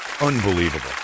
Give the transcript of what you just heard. Unbelievable